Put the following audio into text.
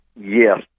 Yes